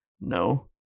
No